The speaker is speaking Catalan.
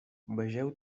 vegeu